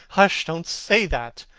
hush! don't say that.